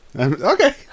okay